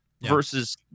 versus